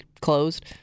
closed